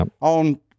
on